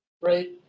right